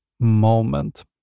moment